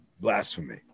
Blasphemy